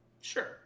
sure